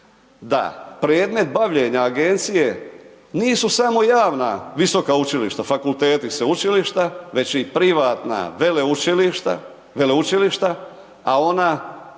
da predmet bavljenja agencije nisu samo javna visoka učilišta, fakulteti i sveučilišta već i privatna veleučilišta a ona